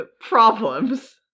problems